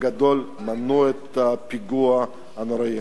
שבגדול מנעו את הפיגוע הנורא.